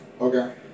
Okay